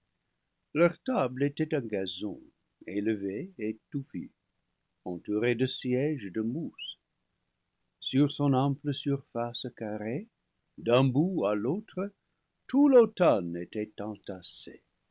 leur table était un gazon élevé et touffu entouré de siéges de mousse sur son ample surface carrée d'un bout à l'autre tout l'automne était entassé